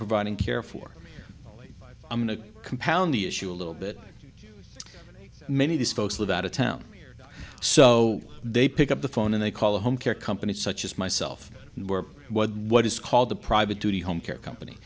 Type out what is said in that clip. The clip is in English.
providing care for i'm going to compound the issue a little bit many of these folks live out of town so they pick up the phone and they call home care companies such as myself were what is called the private duty home care company